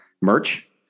merch